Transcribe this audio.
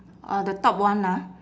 orh the top one ah